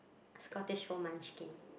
a Scottish fold munchkin